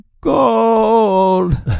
gold